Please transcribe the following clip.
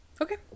okay